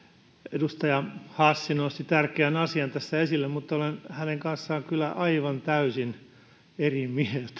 edustaja hassi nosti tärkeän asian tässä esille mutta olen hänen kanssaan kyllä aivan täysin eri mieltä